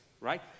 right